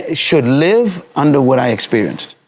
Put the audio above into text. ah should live under what i experienced.